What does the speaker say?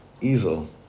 easel